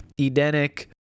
Edenic